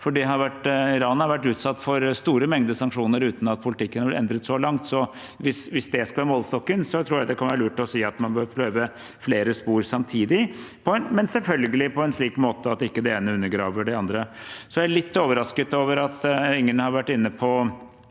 Iran har vært utsatt for store mengder sanksjoner uten at politikken har blitt endret så langt, så hvis det skal være målestokken, tror jeg det kan være lurt å si at man bør prøve flere spor samtidig, men selvfølgelig på en slik måte at det ene ikke undergraver det andre. Jeg er litt overrasket over at ingen har vært inne på